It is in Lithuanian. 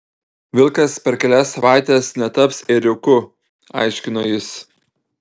vilkas per kelias savaites netaps ėriuku aiškino jis